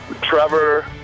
Trevor